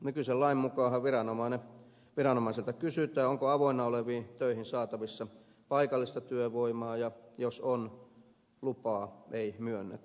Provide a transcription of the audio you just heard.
nykyisen lain mukaanhan viranomaiselta kysytään onko avoinna oleviin töihin saatavissa paikallista työvoimaa ja jos on lupaa ei myönnetä